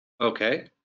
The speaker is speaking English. Okay